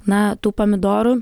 na tų pomidorų